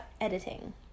editing